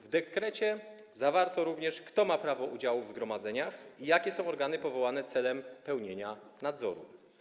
W dekrecie zawarto również, kto ma prawo udziału w zgromadzeniach i jakie są organy powołane celem pełnienia nadzoru.